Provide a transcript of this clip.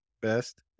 Best